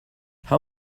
how